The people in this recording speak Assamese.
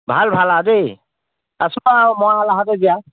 ভাল ভাল আৰু দেই আছোঁ আৰু মই আৰু লাহেকৈ জীয়াই